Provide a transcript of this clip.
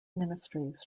ministries